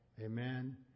Amen